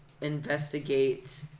investigate